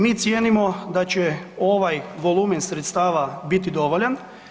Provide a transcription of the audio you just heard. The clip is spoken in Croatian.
Mi cijenimo da će ovaj volumen sredstava biti dovoljan.